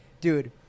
Dude